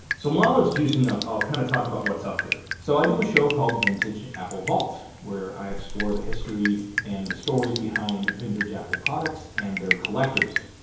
so while it's juicing up i'll kind of talk about what's up here. so i do a show called vintage apple vault where i explore the history and the stories behind vintage apple products and their collectors.